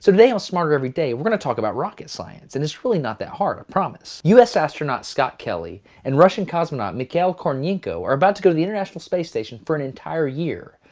today on smarter every day we're gonna talk about rocket science, and it's really not that hard, i promise. us astronaut scott kelly, and russian cosmonaut mikhail korniyenko are about to go to the international space station for an entire year.